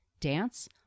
dance